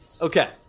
Okay